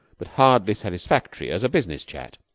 but hardly satisfactory as a business chat.